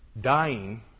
dying